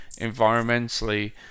environmentally